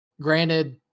Granted